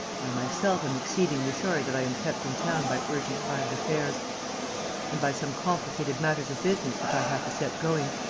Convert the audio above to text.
i myself am exceedingly sorry that i am kept in town by urgent private affairs and by some complicated matters of business which i have to set going,